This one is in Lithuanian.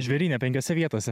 žvėryne penkiose vietose